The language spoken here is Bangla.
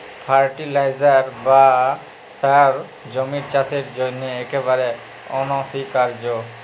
ফার্টিলাইজার বা সার জমির চাসের জন্হে একেবারে অনসীকার্য